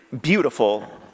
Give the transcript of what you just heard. beautiful